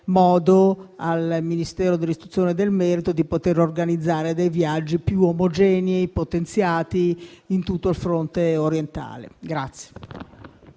modo al Ministero dell'istruzione e del merito di poter organizzare dei viaggi più omogenei e potenziati in tutto il fronte orientale.